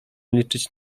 liczyć